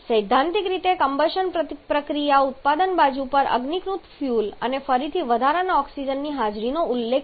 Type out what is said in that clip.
સૈદ્ધાંતિક કમ્બશન પ્રક્રિયા ઉત્પાદન બાજુ પર અગ્નિકૃત ફ્યુઅલ અને ફરીથી વધારાના ઓક્સિજનની હાજરીનો ઉલ્લેખ કરે છે